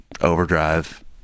overdrive